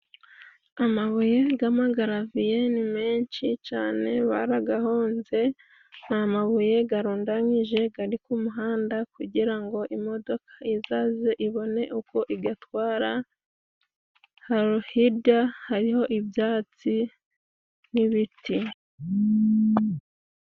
Amabuye g'amagaraviye ni menshi cane, baragahonze. Ni amabuye garundanyije, gari ku muhanda kugira ngo imodoka izaze ibone uko igatwara, hari hirya hariho ibyatsi n'ibiti.